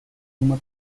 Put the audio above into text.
uma